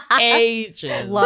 Ages